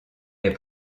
est